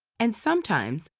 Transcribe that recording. and sometimes,